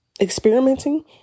experimenting